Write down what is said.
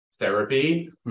therapy